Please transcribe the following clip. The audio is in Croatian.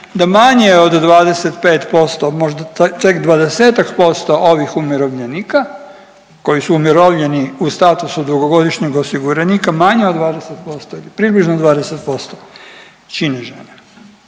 da manje od 25%, možda čak 20-tak posto ovih umirovljenika koji su umirovljeni u statusu dugogodišnjeg osiguranika manja od 20%, približno 20% čine žene.